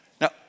Now